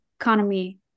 economy